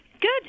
Good